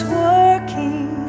working